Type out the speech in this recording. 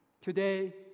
today